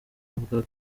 ubwa